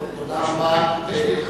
תודה רבה.